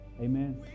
Amen